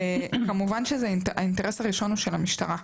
כמובן שזה, האינטרס הראשון הוא של המשטרה.